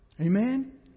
Amen